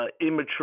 immature